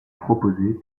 proposé